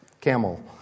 camel